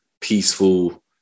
peaceful